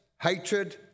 hatred